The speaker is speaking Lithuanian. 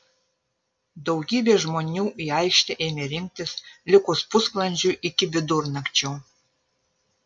daugybė žmonių į aikštę ėmė rinktis likus pusvalandžiui iki vidurnakčio